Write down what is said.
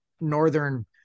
northern